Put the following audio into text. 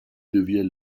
devient